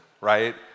right